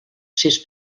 sis